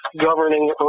governing